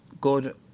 good